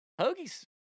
Hoagie's